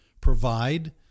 provide